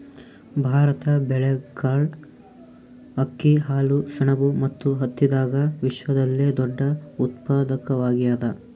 ಭಾರತ ಬೇಳೆಕಾಳ್, ಅಕ್ಕಿ, ಹಾಲು, ಸೆಣಬು ಮತ್ತು ಹತ್ತಿದಾಗ ವಿಶ್ವದಲ್ಲೆ ದೊಡ್ಡ ಉತ್ಪಾದಕವಾಗ್ಯಾದ